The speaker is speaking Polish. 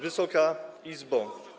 Wysoka Izbo!